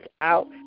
out